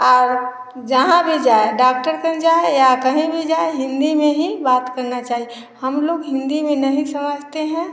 और जहाँ भी जाए डॉक्टर कन जाए या कहीं जाए हिंदी में बात करना चाहिए हम लोग हिंदी में नहीं समझते हैं